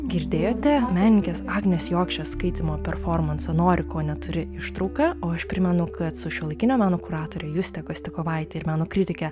girdėjote menininkės agnės jokšės skaitymo performanso nori ko neturi ištrauką o aš primenu kad su šiuolaikinio meno kuratore juste kostikovaite ir meno kritike